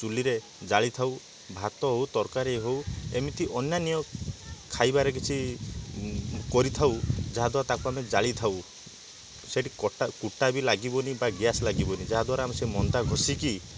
ଚୁଲିରେ ଜାଳିଥାଉ ଭାତ ଓ ତରକାରୀ ହଉ ଏମିତି ଅନ୍ୟାନ୍ୟ ଖାଇବାରେ କିଛି କରିଥାଉ ଯାହାଦ୍ବାରା ତାକୁ ଆମେ ଜାଳିଥାଉ ସେଇଟି କଟା କୁଟା ବି ଲାଗିବନି ବା ଗ୍ଯାସ ଲାଗିବନି ଯାହାଦ୍ବାରା ଆମେ ସେ ମନ୍ଦା ଘଷିକି